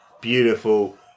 beautiful